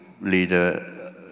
leader